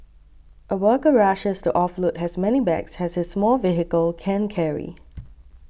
a worker rushes to offload as many bags as his small vehicle can carry